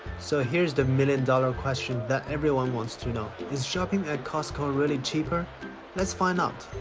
so here's the million dollar question that everyone wants to know is shopping at costco really cheaper let's find out